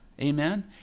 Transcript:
Amen